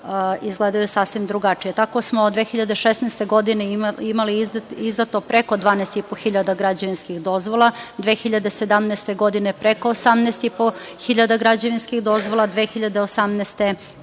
izgledaju sasvim drugačije. Tako smo 2016. godine imali izdato preko 12,5 hiljada građevinskih dozvola, 2017. godine preko 18,5 hiljada građevinskih dozvola, 2018. godine